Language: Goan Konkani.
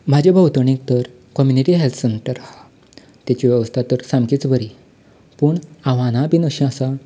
म्हज्या भोवतणीक तर कम्युनिटी हॅल्थ सेंटर आसा ताची वेवस्था तर सामकीच बरी पूण आव्हाना बी अशीं आसा